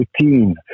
routine